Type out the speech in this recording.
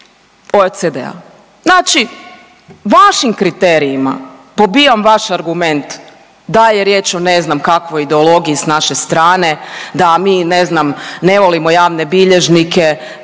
OECD-a. Znači vašim kriterijima pobijam vaš argument da je riječ o ne znam kakvoj ideologiji s naše strane, da mi ne znam ne volimo javne bilježnike,